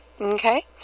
Okay